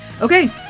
Okay